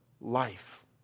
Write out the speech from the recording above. life